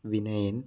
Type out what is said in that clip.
Vinayan